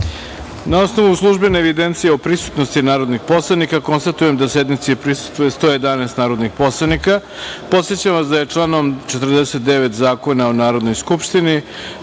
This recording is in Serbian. osnovu službene evidencije o prisutnosti narodnih poslanika, konstatujem da sednici prisustvuje 111 narodnih poslanika. Podsećam vas da je članom 49. Zakona o Narodnoj skupštini